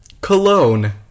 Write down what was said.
Cologne